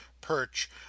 Perch